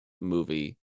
movie